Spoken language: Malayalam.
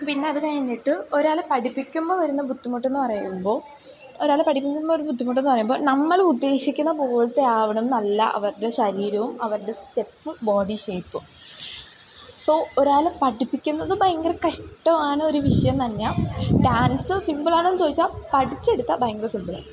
പിന്നെ അത് കഴിഞ്ഞിട്ട് ഒരാൾ പഠിപ്പിക്കുമ്പോൾ വരുന്ന ബുദ്ധിമുട്ടെന്നു പറയുമ്പോൾ ഒരാൾ പഠപ്പിക്കുമ്പോൾ ഒരു ബുദ്ധിമുട്ടെന്ന് പറയുമ്പോൾ നമ്മൾ ഉദ്ദേശിക്കുന്ന പോലത്തെ ആവണമെന്നില്ല അവരുടെ ശരീരവും അവരുടെ സ്റ്റെപ്പും ബോഡി ഷേപ്പും സോ ഒരാൾ പഠിപ്പിക്കുന്നതും ഭയങ്കര കഷ്ടമാണ് ഒരു വിഷയം തന്നെയാ ഡാൻസ് സിമ്പിളാണോയെന്നു ചോദിച്ചാൽ പഠിച്ചെടുത്താൽ ഭയങ്കര സിമ്പിളാണ്